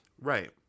Right